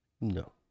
No